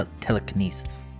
telekinesis